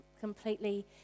completely